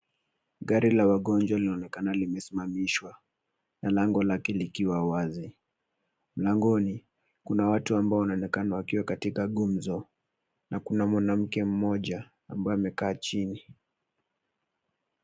Gari la wagonjwa linaonekana limesimamishwa na lango lake likiwa wazi. Mlangoni kuna watu ambao wanaonekana wakiwa katika gumzo na kuna mwanamke mmoja ambaye amekaa chini.